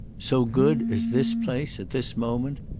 so good as this place at this moment?